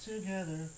Together